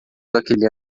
daquele